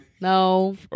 no